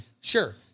Sure